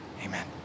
Amen